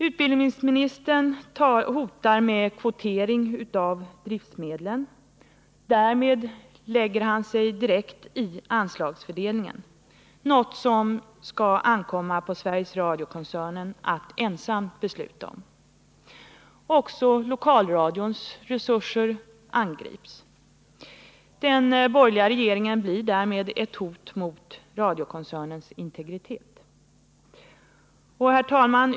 Utbildningsministern hotar med kvotering av driftmedlen. Därmed lägger han sig direkt i anslagsfördelningen, något som skall ankomma på SR-koncernen att ensam besluta om. Också lokalradions resurser angrips. Den borgerliga regeringen blir ett hot mot radiokoncernens integritet. Herr talman!